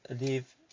leave